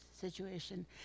situation